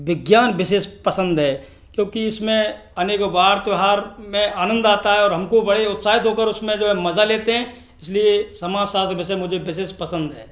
विज्ञान विशेष पसंद है क्योंकि इसमें अनेको बार त्यौहार में आनंद आता है और हमको बड़े उत्साहित होकर उसमे जो है मजा लेते है इसलिए समाजशास्त्र विषय मुझे विशेष पसंद है